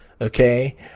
okay